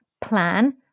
plan